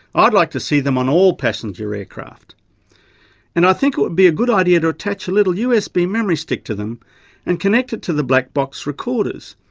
i'd like to see them on all passenger aircraft and i think it would be a good idea to attach a little usb memory stick to them and connect it to the black box recorders,